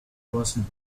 wasn’t